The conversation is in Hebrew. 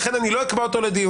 ולכן אני לא אקבע אותו לדיון,